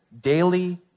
daily